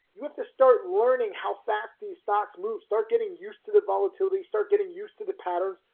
you have to start learning how fast these stocks move. start getting used to the volatility. start getting used to the patterns,